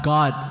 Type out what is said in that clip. God